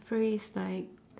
phrase like